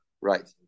Right